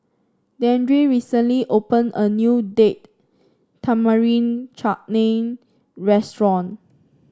Dandre recently opened a new Date Tamarind Chutney Restaurant